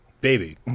Baby